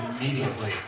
immediately